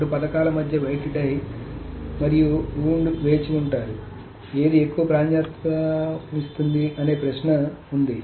రెండు పథకాల మధ్య వెయిట్ డై మరియు వవుండ్ వేచి ఉంటాయి ఏది ఎక్కువ ప్రాధాన్యతనిస్తుంది అనే ప్రశ్న ఉంది